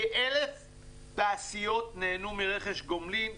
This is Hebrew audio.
כ-1,000 תעשיות נהנו מרכש גומלין,